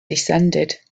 descended